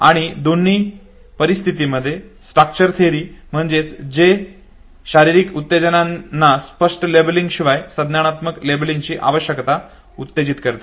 आणि दोन्ही परिस्थितींमध्ये स्चाक्टरची थेअरी म्हणते कि जे शारीरिक उत्तेजनांना स्पष्ट लेबलिंग शिवाय संज्ञानात्मक लेबलिंगची आवश्यकता उत्तेजित करते